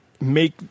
make